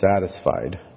satisfied